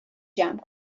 جمع